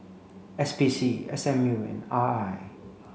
S P C S M U and R I